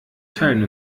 teilen